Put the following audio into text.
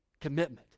commitment